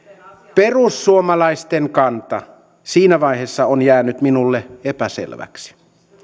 perussuomalaisten kanta siinä vaiheessa on jäänyt minulle epäselväksi